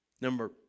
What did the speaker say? Number